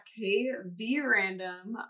kvrandom